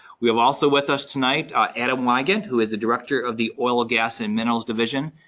we have also with us tonight, adam wygant, who is a director of the oil, gas, and minerals division.